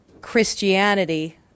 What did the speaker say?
Christianity